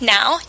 Now